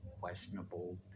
questionable